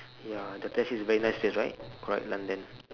ya the place is very nice place right correct london